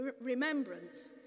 Remembrance